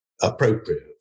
appropriate